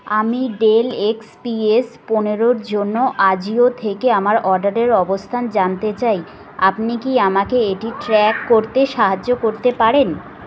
আমি Dell X P S পনেরোর জন্য আজিও থেকে আমার অডারের অবস্তান জানতে চাই আপনি কি আমাকে এটি ট্র্যাক করতে সাহায্য করতে পারেন